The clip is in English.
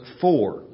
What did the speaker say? four